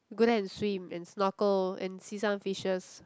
go there and swim and snorkel and see some fishes